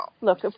look